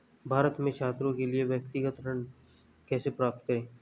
भारत में छात्रों के लिए व्यक्तिगत ऋण कैसे प्राप्त करें?